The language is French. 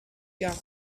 gare